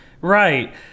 Right